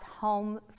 home